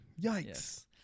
Yikes